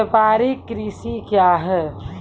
व्यापारिक कृषि क्या हैं?